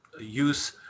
use